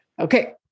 Okay